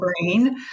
brain